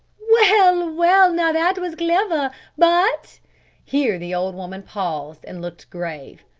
well, well, now that was cliver but here the old woman paused and looked grave.